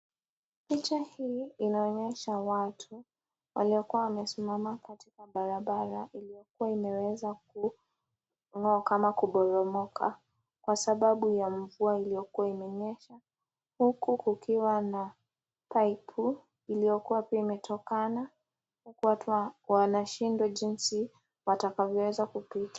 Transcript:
Picha hii inaonyesha watu waliokua wamesimama katika barabara iliyokua imeweza kungoka au kuboromoka kwa sababu ya mvua iliyokua imenyesha huku kukiwa na pipe iliyokua inetokana watu wameshindwa kupita.